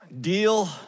deal